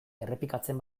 errepikatzen